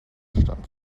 stand